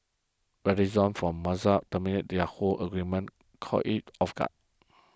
Verizon from Mozilla terminating the Yahoo agreement caught it off guard